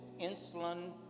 insulin